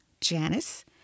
Janice